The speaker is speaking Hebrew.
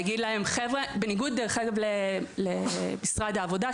בניגוד למשרד העבודה,